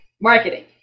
Marketing